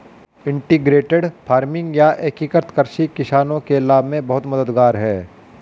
integrated farming या एकीकृत कृषि किसानों के लाभ में बहुत मददगार है